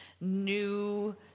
new